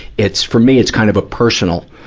it's, for me, it's kind of a personal,